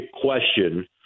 question